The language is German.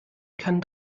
kann